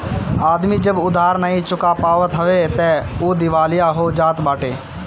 आदमी जब उधार नाइ चुका पावत हवे तअ उ दिवालिया हो जात बाटे